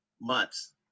Months